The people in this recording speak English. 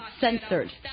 Censored